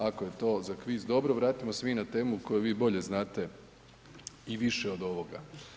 Ako je to za kviz dobro, vratimo se mi na temu koju vi bolje znate i više od ovoga.